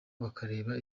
bakareba